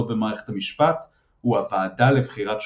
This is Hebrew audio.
במערכת המשפט הוא הוועדה לבחירת שופטים.